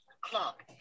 Clock